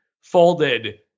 folded